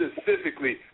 Specifically